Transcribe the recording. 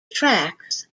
tracks